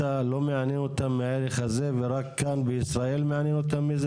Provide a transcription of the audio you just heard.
לא מעניין אותן מהערך הזה ורק כאן בישראל מעניין אותם מזה?